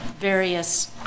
various